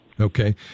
Okay